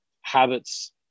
habits